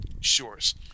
shores